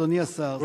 אדוני השר.